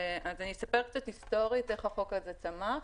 אני אספר קצת היסטורית איך החוק הזה צמח,